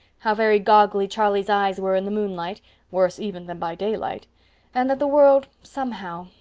how very goggly charlie's eyes were in the moonlight worse even than by daylight and that the world, somehow,